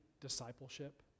discipleship